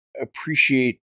appreciate